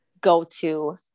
go-to